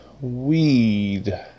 weed